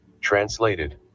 Translated